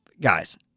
Guys